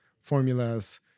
formulas